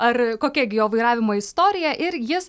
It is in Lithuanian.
ar kokia gi jo vairavimo istorija ir jis